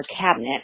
cabinet